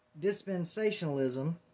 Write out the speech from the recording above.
dispensationalism